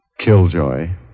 Killjoy